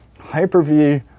Hyper-V